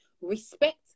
Respect